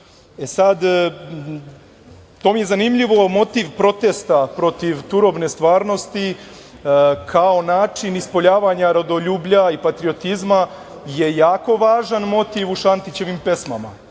Sada, to mi je zanimljivo, motiv protesta protiv turobne stvarnosti, kao način ispoljavanja rodoljublja i patriotizma je jako važan motiv u Šantićevim pesmama.